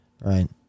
Right